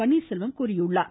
பன்னீர்செல்வம் தெரிவித்துள்ளார்